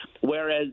Whereas